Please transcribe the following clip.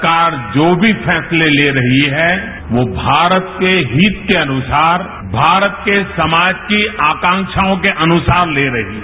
सरकार जो भी फैसले ले रही है वो भारत के हित के अनुसार भारत के समाज की आकांक्षाओं के अनुसार ले रही है